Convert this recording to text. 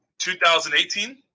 2018